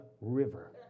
River